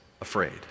afraid